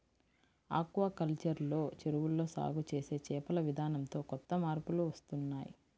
aquaculture లో చెరువుల్లో సాగు చేసే చేపల విధానంతో కొత్త మార్పులు వస్తున్నాయ్